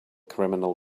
criminal